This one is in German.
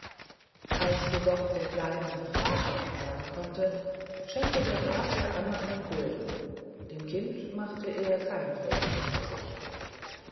als jedoch der kleine vater sagen konnte schenkte der graf der amme einen gulden dem kind machte er kein fröhlicher gesicht